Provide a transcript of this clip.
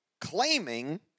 claiming